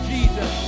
Jesus